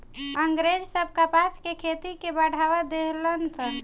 अँग्रेज सब कपास के खेती के बढ़ावा देहलन सन